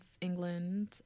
England